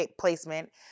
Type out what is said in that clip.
placement